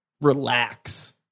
relax